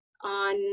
on